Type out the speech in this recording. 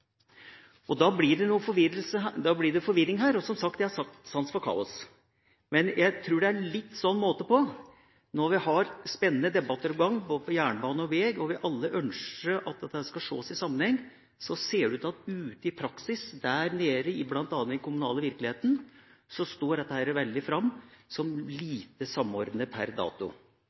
Da blir det forvirring her. Som sagt – jeg har sans for kaos. Men jeg tror det får være måte på. Vi har spennende debatter på gang om både jernbane og veg, og alle ønsker vi at dette skal ses i sammenheng, men det ser ut til at ute i praksis – der nede i bl.a. den kommunale virkeligheten – står dette fram som veldig lite samordnet per dags dato.